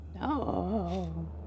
No